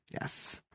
Yes